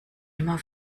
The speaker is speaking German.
immer